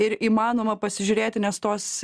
ir įmanoma pasižiūrėti nes tos